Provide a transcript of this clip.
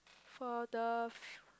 for the